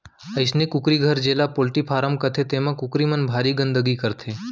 अइसने कुकरी घर जेला पोल्टी फारम कथें तेमा कुकरी मन भारी गंदगी करथे